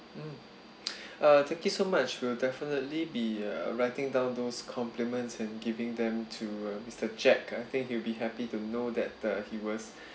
mm uh thank you so much we'll definitely be uh writing down those compliments and giving them to uh mister jack I think he'll be happy to know that uh he was